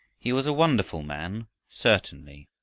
he was a wonderful man certainly,